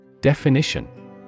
Definition